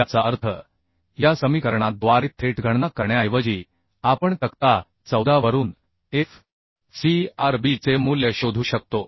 याचा अर्थ या समीकरणा द्वारे थेट गणना करण्याऐवजी आपण तक्ता 14 वरून f c r b चे मूल्य शोधू शकतो